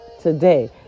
today